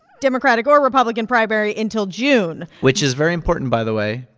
democratic or republican primary, until june which is very important, by the way,